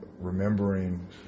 remembering